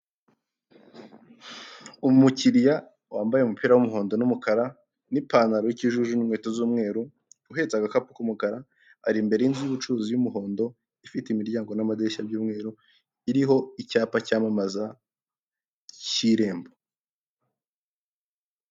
Umukiriya wambaye umupira w'umuhondo n'umukara n'ipantaro y'ikijuju n'inkweto z'umweru, uhetse agakapu k'umukara, ari imbere y'inzu y'bucuruzi y'umuhondo, ifite imiryango n'amadirishya byumweru iriho icyapa cyamamaza cy'irembo.